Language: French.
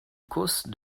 causse